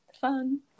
fun